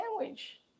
sandwich